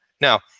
now